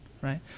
right